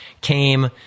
came